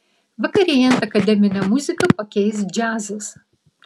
vakarėjant akademinę muziką pakeis džiazas